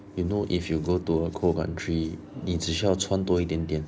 you know if you go to a cold country 你只需要穿多一点点